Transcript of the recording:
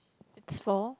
it's for